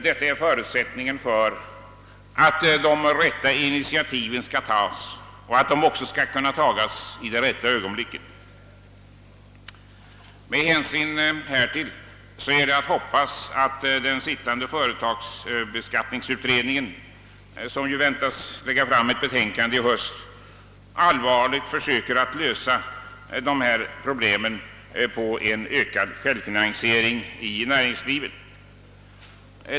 Detta är förutsättningen för att de rätta initiativen skall tas och detta också i rätt ögonblick. Med hänsyn härtill är det att hoppas att den nu arbetande företagsbeskattningskommittén, som väntas lägga fram sitt betänkande i höst, allvarligt försöker lösa dessa problem och tillgodose kravet på en ökad självfinansiering i näringslivet.